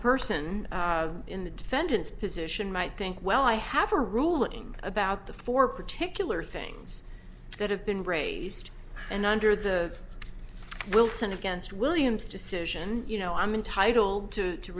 person in the defendant's position might think well i have a ruling about the four particular things that have been raised and under the wilson against williams decision you know i'm entitled to